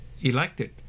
elected